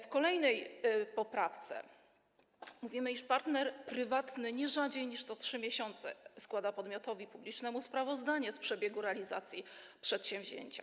W kolejnej poprawce mówimy, iż partner prywatny nie rzadziej niż co 3 miesiące składa podmiotowi publicznemu sprawozdanie z przebiegu realizacji przedsięwzięcia.